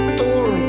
door